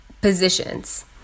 positions